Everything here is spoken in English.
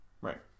Right